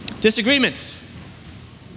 Disagreements